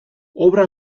obra